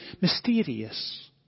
mysterious